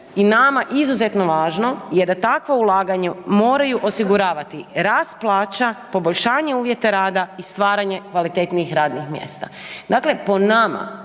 i nama izuzetno važno je da takvo ulaganje moraju osiguravati rast plaća, poboljšanje uvjete rada i stvaranje kvalitetnijih radnih mjesta. Dakle, po nama